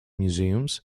museums